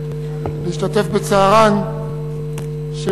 אני משתתף בצערן של